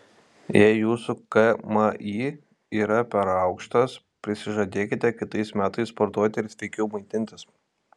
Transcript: jei jūsų kmi yra per aukštas prisižadėkite kitais metais sportuoti ir sveikiau maitintis